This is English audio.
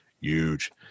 Huge